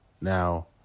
Now